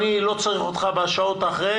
אני לא צריך אותך בשעות שאחרי.